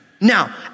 Now